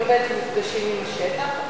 אני עובדת עם מפגשים עם השטח.